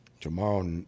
Tomorrow